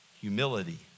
humility